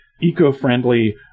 eco-friendly